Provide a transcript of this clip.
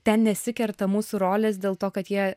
ten nesikerta mūsų rolės dėl to kad jie